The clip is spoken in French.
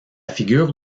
figure